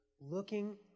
looking